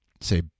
say